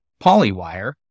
polywire